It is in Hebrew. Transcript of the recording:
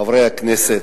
חברי הכנסת,